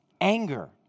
anger